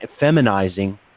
feminizing